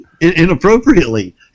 inappropriately